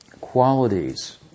qualities